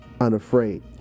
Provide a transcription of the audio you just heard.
unafraid